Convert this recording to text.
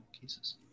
cases